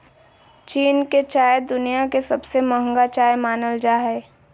चीन के चाय दुनिया के सबसे महंगा चाय मानल जा हय